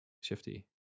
Shifty